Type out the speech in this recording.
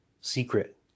secret